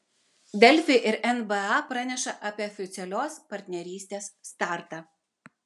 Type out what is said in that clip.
delfi ir nba praneša apie oficialios partnerystės startą